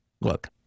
Look